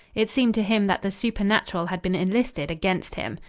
it seemed to him that the supernatural had been enlisted against him.